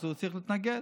אז הוא צריך להתנגד.